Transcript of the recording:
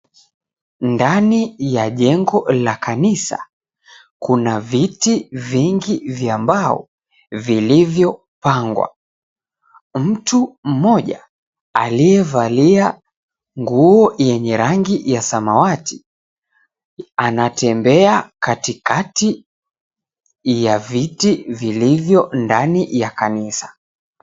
Ndani ya jengo la kanisa kuna viti vingi vya mbao vilivyopangwa. Mtu mmoja aliyevalia nguo ya rangi ya samawati anatembea katikati ya viti vilivyo ndani ya kanisa.